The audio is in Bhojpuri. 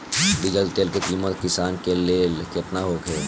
डीजल तेल के किमत किसान के लेल केतना होखे?